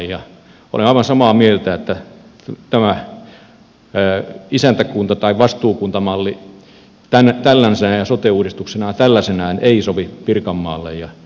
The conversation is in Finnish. olen aivan samaa mieltä että tämä isäntäkunta tai vastuukuntamalli tällaisenaan ja sote uudistus tällaisenaan ei sovi pirkanmaalle